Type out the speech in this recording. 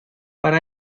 para